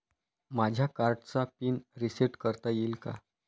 माझ्या कार्डचा pin reset करता येईल का?